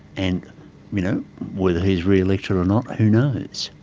and you know whether he is re-elected or not, who knows.